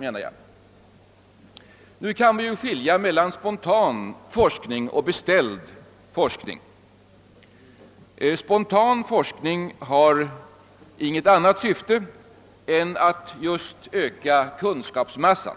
Man kan skilja mellan spontan forskning och beställd forskning. Spontan forskning har inget annat syfte än att öka kunskapsmassan;